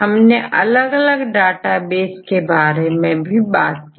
हमने अलग अलग डेटाबेस के बारे में बात की